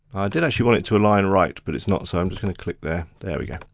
did actually want it to align right, but it's not, so i'm just gonna click there, there we go.